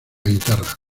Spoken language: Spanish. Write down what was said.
guitarra